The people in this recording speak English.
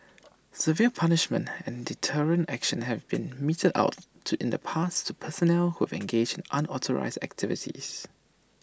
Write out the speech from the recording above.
severe punishments and deterrent action have been meted out to in the past to personnel who have engaged in unauthorised activities